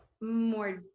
more